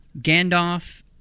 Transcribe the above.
Gandalf